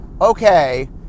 okay